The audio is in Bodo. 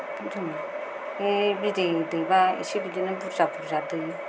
बिदिनो बे बिदै दैबा इसे बिदिनो बुरजा बुरजा दैयो